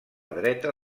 dreta